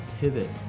pivot